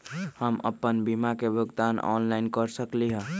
हम अपन बीमा के भुगतान ऑनलाइन कर सकली ह?